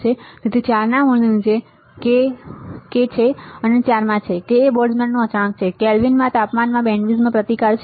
તેથી 4 ના મૂળની નીચે તેથી k માં 4 છે k એ બોલ્ટ્ઝમેનનું અચળાંક છે કેલ્વિનમાં તાપમાનમાં બેન્ડવિડ્થમાં પ્રતિકાર છે